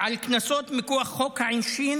ועל קנסות מכוח חוק העונשין,